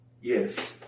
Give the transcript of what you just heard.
Yes